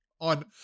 on